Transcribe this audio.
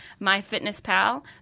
MyFitnessPal